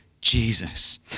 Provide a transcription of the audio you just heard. Jesus